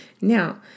Now